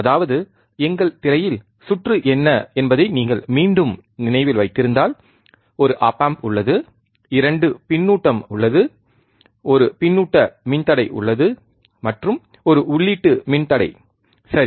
அதாவது எங்கள் திரையில் சுற்று என்ன என்பதை நீங்கள் மீண்டும் நினைவில் வைத்திருந்தால் ஒரு ஒப் ஆம்ப் உள்ளது 2 பின்னூட்டம் உள்ளது ஒரு பின்னூட்ட மின்தடை உள்ளது மற்றும் ஒரு உள்ளீட்டு மின்தடை சரி